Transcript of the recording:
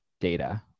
data